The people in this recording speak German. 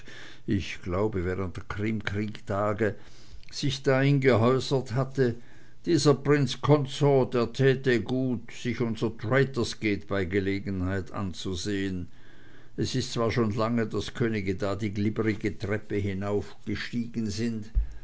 ich glaube während der krimkriegtage sich dahin geäußert hätte dieser prince consort er täte gut sich unser traitors gate bei gelegenheit anzusehn es ist zwar schon lange daß könige da die glibbrige treppe hinaufgestiegen sind